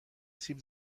سیب